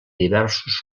diversos